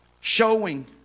showing